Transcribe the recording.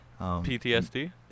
PTSD